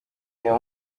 iyo